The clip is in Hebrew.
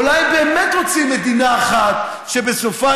אולי הם באמת רוצים מדינה אחת שבסופה